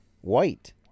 white